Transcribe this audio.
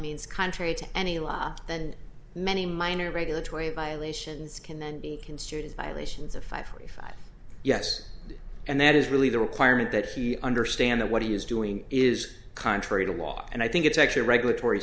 means contrary to any law then many minor regulatory violations can then be construed by elations of five three five yes and that is really the requirement that he understand that what he is doing is contrary to law and i think it's actually a regulatory